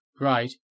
right